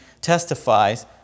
testifies